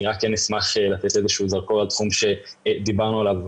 אני כן אשמח לתת איזשהו זרקור על תחום שדיברנו עליו,